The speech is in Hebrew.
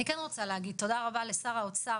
אני כן רוצה להגיד תודה רבה לשר האוצר